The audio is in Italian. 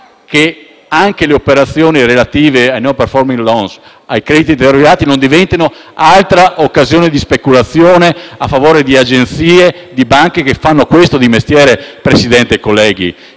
che anche le operazioni relative ai *non performing loan*, ai crediti deteriorati, non diventino un'altra occasione di speculazione a favore di agenzie di banche che fanno questo di mestiere. Presidente e colleghi,